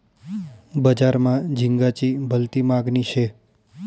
बजार मा झिंगाची भलती मागनी शे